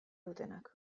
dutenak